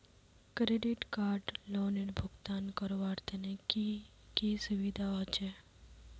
Credit card लोनेर भुगतान करवार तने की की सुविधा होचे??